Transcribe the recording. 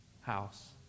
house